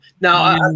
Now –